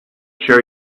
share